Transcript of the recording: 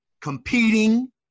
competing